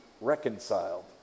reconciled